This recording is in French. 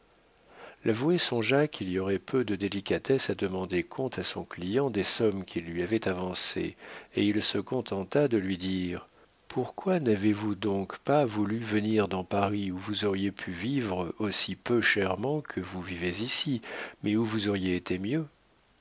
l'avoué songea qu'il y aurait peu de délicatesse à demander compte à son client des sommes qu'il lui avait avancées et il se contenta de lui dire pourquoi n'avez-vous donc pas voulu venir dans paris où vous auriez pu vivre aussi peu chèrement que vous vivez ici mais où vous auriez été mieux